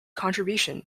contribution